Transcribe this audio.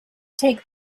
take